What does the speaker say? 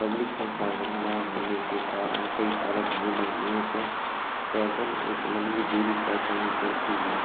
public संसाधन न होने के कारण कई सारे भाई बन्धुओं को पैदल एक लम्बी दूरी तय करनी पड़ती है